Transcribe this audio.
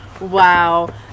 wow